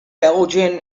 belgian